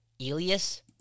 Elias